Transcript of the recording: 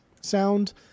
sound